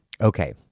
Okay